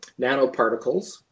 nanoparticles